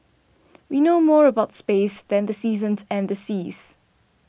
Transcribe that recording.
we know more about space than the seasons and the seas